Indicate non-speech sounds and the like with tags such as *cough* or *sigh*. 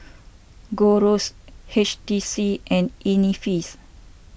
Gold Roast H T C and *unintelligible*